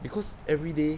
because everyday